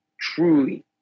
truly